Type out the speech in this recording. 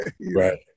Right